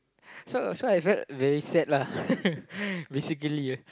so so I felt very sad lah basically